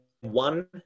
one